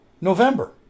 November